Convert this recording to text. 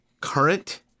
current